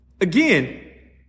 again